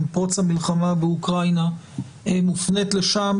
עם פרוץ המלחמה באוקראינה מופנית לשם,